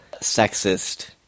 sexist